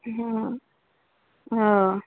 অঁ অঁ